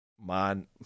man